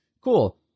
cool